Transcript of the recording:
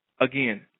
again